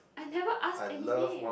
I never ask anime